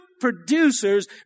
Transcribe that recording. producers